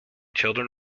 children